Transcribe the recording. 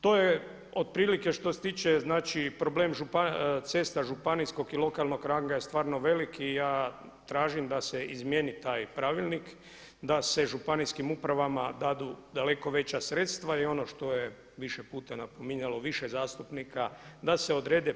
To je otprilike što se tiče problem županijskog i lokalnog ranga je stvarno velik i ja tražim da se izmijeni taj pravilnik, da se županijskim upravama dadu daleko veća sredstva i ono što je više puta napominjalo više zastupnika, da se odrede